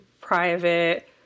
private